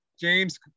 James